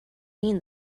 mean